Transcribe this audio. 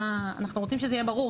אנחנו רוצים שזה יהיה ברור,